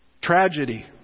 Tragedy